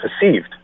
perceived